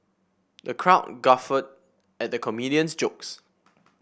the crowd guffawed at the comedian's jokes